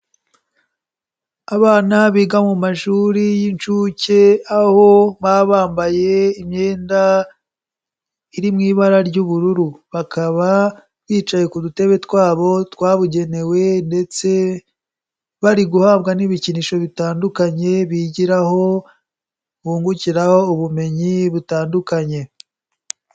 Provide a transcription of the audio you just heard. Abana biga mu mashuri y'incuke, aho baba bambaye imyenda iri mu ibara ry'ubururu, bakaba bicaye ku dutebe twabo twabugenewe ndetse bari guhabwa n'ibikinisho bitandukanye bigiraho, bungukiraho ubumenyi butandukanye.